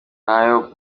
nayo